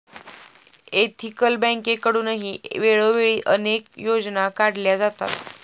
ethical बँकेकडूनही वेळोवेळी अनेक योजना काढल्या जातात